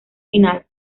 final